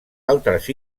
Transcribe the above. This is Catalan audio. altres